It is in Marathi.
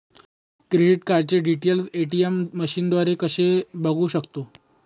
क्रेडिट कार्डचे डिटेल्स ए.टी.एम मशीनद्वारे कसे बघू शकतो?